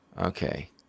Okay